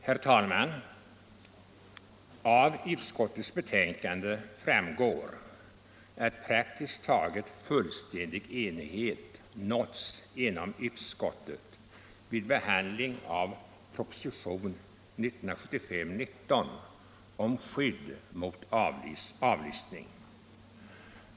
Herr talman! Av utskottets betänkande framgår att praktiskt taget fullständig enighet har nåtts inom utskottet vid behandlingen av propositionen 1975:19 om skydd mot avlyssning.